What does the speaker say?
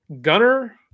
Gunner